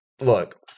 look